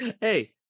Hey